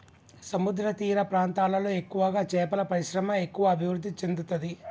సముద్రతీర ప్రాంతాలలో ఎక్కువగా చేపల పరిశ్రమ ఎక్కువ అభివృద్ధి చెందుతది